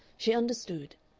she understood.